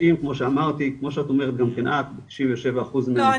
כמו שאמרתי כמו שאת אומרת גם את 97 אחוזים מהמקרים -- לא,